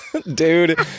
Dude